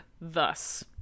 thus